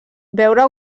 veure